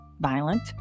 Violent